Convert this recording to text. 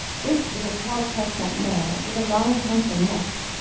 this was a tall chestnut mare, with a long handsome neck.